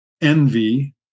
envy